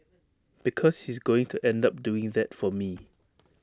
because he's going to end up doing that for me